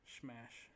Smash